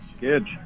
Good